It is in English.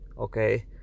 okay